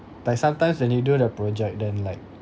like sometimes when you do the project then like